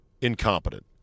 incompetent